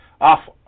off